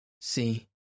see